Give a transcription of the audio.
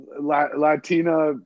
Latina